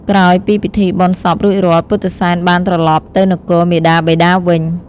ក្រោយពីពិធីបុណ្យសពរួចរាល់ ពុទ្ធិសែនបានត្រឡប់ទៅនគរមាតាបិតាវិញ។